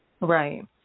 Right